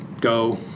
Go